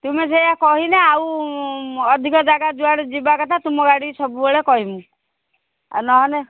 ତୁମେ ସେଇଆା କହିଲେ ଆଉ ଅଧିକ ଜାଗା ଯୁଆଡ଼େ ଯିବା କଥା ତୁମ ଗାଡ଼ି ସବୁବେଳେ କହିବୁ ଆଉ ନହେଲେେ